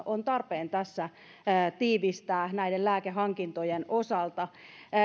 on tarpeen tässä tiivistää näiden lääkehankintojen osalta